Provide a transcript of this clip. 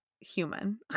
human